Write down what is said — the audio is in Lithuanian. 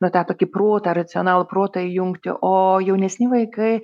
na tą tokį protą racionalų protą įjungti o jaunesni vaikai